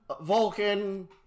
Vulcan